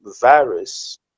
virus